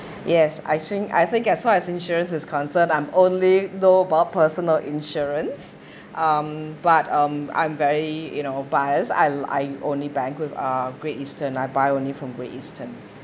yes I think I think as far as insurance is concerned I'm only know about personal insurance um but um I'm very you know biased I I only bank with uh Great Eastern I buy only from Great Eastern